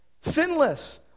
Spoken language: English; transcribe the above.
sinless